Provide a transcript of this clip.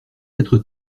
être